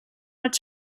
ets